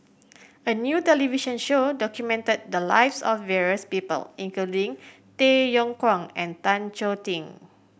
a new television show documented the lives of various people including Tay Yong Kwang and Tan Choh Tee